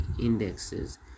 indexes